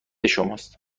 شماست